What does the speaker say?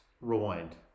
Rewind